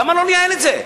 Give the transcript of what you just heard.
למה לא לייעל את זה?